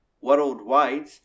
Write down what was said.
worldwide